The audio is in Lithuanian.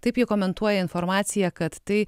taip ji komentuoja informaciją kad tai